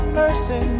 mercy